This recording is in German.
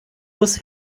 muss